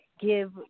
give